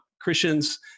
Christians